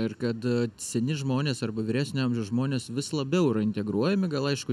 ir kad seni žmonės arba vyresnio amžiaus žmonės vis labiau yra integruojami gal aišku